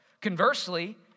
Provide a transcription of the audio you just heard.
Conversely